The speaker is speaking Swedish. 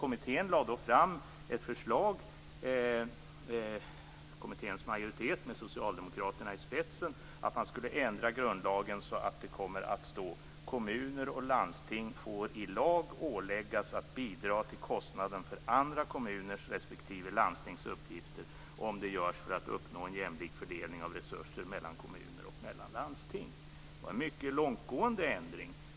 Kommitténs majoritet med socialdemokraterna i spetsen lade fram ett förslag att man skulle ändra grundlagen så att det kommer att stå: Kommuner och landsting får i lag åläggas att bidra till kostnaden för andra kommuners respektive landstings uppgifter om det görs för att uppnå en jämlik fördelning av resurser mellan kommuner och mellan landsting. Det var en mycket långtgående ändring.